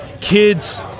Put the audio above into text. kids